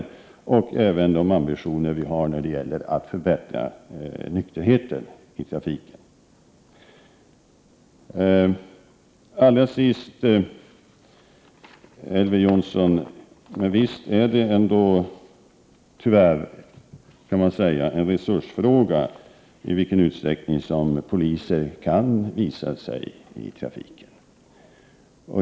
Om ökad trafiksäkersommaren och de ambitioner vi har när det gäller att förbättra nykterheten i het Allra sist, Elver Jonsson, visst är det ändå tyvärr en resursfråga i vilken utsträckning som poliser kan visa sig i trafiken.